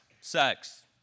sex